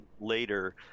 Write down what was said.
later